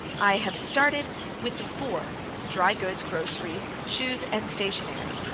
i have started with the four drygoods, groceries, shoes, and stationery.